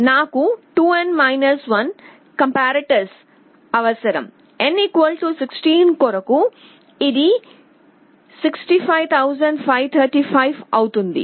నాకు 2n 1 కంపారిటర్లు అవసరం n 16 కొరకు ఇది 65535 అవుతుంది